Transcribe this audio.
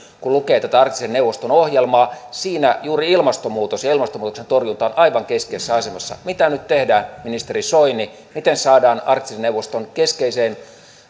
kun lukee tätä arktisen neuvoston ohjelmaa siinä juuri ilmastonmuutos ja ilmastonmuutoksen torjunta on aivan keskeisessä asemassa mitä nyt tehdään ministeri soini miten saadaan arktisessa neuvostossa keskeiseen